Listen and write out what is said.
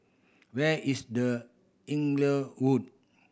where is The Inglewood